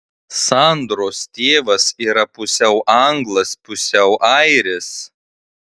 sandros tėvas yra pusiau anglas pusiau airis